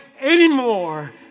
anymore